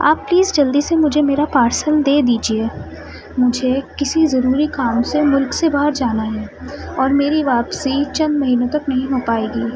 آپ پلیز جلدی سے مجھے میرا پارسل دے دیجیے مجھے کسی ضروری کام سے ملک سے باہر جانا ہے اور میری واپسی چند مہینوں تک نہیں ہو پائے گی